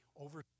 over